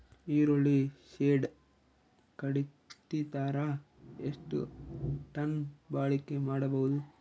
ಈರುಳ್ಳಿ ಶೆಡ್ ಕಟ್ಟಿದರ ಎಷ್ಟು ಟನ್ ಬಾಳಿಕೆ ಮಾಡಬಹುದು?